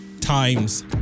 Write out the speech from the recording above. times